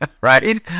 right